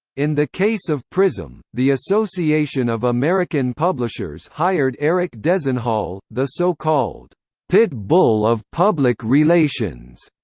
in the case of prism, the association of american publishers hired eric dezenhall, the so-called pit bull of public relations.